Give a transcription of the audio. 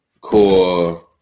core